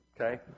Okay